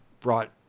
brought